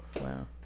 wow